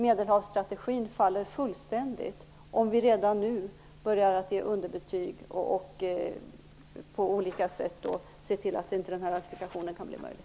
Medelhavsstrategin faller fullständigt om vi redan nu börjar ge underbetyg och på olika sätt se till att den här ratifikationen inte kan bli möjlig.